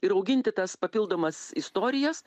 ir auginti tas papildomas istorijas